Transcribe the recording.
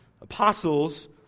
apostles